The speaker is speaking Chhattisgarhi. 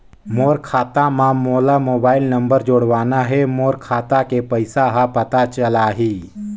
मोर खाता मां मोला मोबाइल नंबर जोड़वाना हे मोर खाता के पइसा ह पता चलाही?